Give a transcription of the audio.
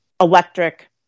electric